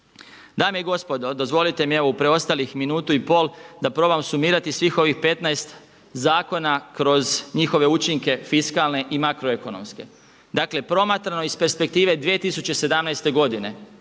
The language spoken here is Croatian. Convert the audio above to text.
Dame i gospodo dozvolite mi evo u preostalih minutu i pol da probam sumirati svih ovih 15 zakona kroz njihove učinke fiskalne i makroekonomske. Dakle promatrano iz perspektive 2017. godine